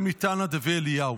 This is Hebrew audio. זה מתנא דבי אליהו.